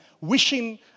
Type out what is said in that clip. wishing